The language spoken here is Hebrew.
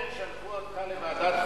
שלחו אותך לוועדת חוקה,